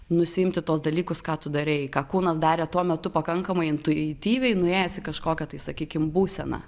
nusiimti tuos dalykus ką tu darei ką kūnas darė tuo metu pakankamai intuityviai nuėjęs į kažkokią tai sakykim būseną